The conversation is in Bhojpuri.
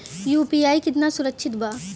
यू.पी.आई कितना सुरक्षित बा?